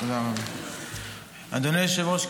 אדוני היושב-ראש,